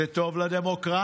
זה טוב לדמוקרטיה.